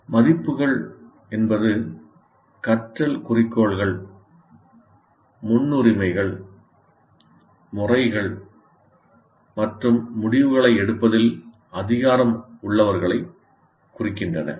மதிப்புகள் என்பது கற்றல் குறிக்கோள்கள் முன்னுரிமைகள் முறைகள் மற்றும் முடிவுகளை எடுப்பதில் அதிகாரம் உள்ளவர்களைக் குறிக்கின்றன